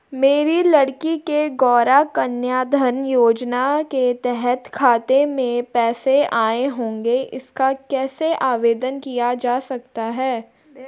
मेरी लड़की के गौंरा कन्याधन योजना के तहत खाते में पैसे आए होंगे इसका कैसे आवेदन किया जा सकता है?